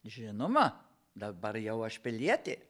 žinoma dabar jau aš pilietė